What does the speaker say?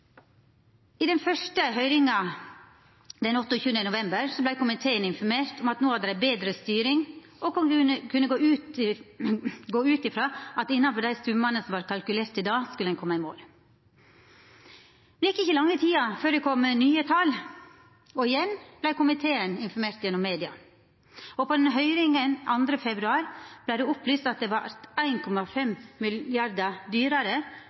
I den første høyringa den 28. november vart komiteen informert om at no hadde dei betre styring, og at ein kunne gå ut frå at innanfor dei summane som var kalkulerte til då, skulle ein koma i mål. Men det gjekk ikkje lange tida før det kom nye tal, og igjen vart komiteen informert gjennom media. På høyringa den 2. februar vart det opplyst at det vart 1,5 mrd. kr dyrare